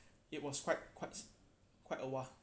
it was quite quites quite awhile